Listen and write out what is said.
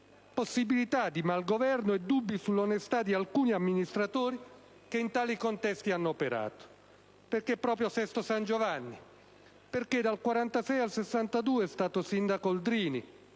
possibilità di malgoverno e dubbi sull'onestà di alcuni amministratori che in tali contesti hanno operato. Perché proprio Sesto San Giovanni? Perché dal 1946 al 1962 è stato sindaco Oldrini,